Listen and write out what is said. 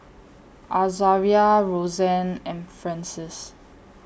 Azaria Rosanne and Francis